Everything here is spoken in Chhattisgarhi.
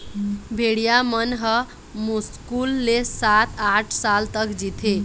भेड़िया मन ह मुस्कुल ले सात, आठ साल तक जीथे